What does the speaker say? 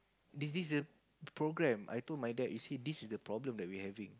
this this the program I told my dad you see this is the problem that we having